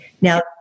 Now